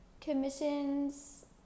Commissions